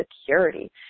security